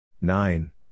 nine